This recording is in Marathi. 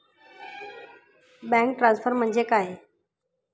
बँक ट्रान्सफर म्हणजे काय?